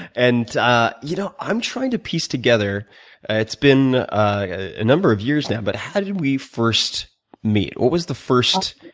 and ah you know, i'm trying to piece together it's been a number of years now, but how did we first meet? what was the first?